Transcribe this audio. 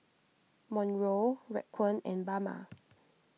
Monroe Raquan and Bama